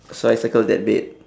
so I circle that bed